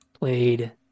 played